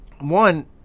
One